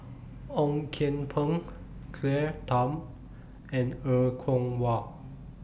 Ong Kian Peng Claire Tham and Er Kwong Wah